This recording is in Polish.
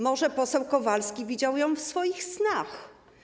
Może poseł Kowalski widział ją w swoich snach?